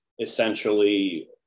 essentially